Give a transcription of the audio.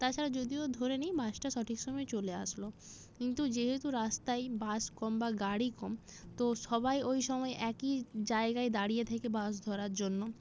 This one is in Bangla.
তাছাড়া যদিও ধরে নিই বাসটা সঠিক সময় চলে আসল কিন্তু যেহেতু রাস্তায় বাস কম বা গাড়ি কম তো সবাই ওই সময় একই জায়গায় দাঁড়িয়ে থাকে বাস ধরার জন্য